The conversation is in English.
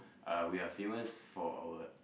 uh we are famous for our